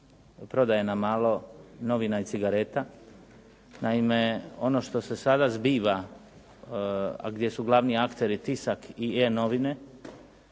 prodaje na malo novina i cigareta. Naime, ono što se sada zbiva a gdje su glavni akteri Tisak i i-Novine